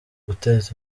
guteza